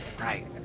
right